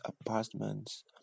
apartments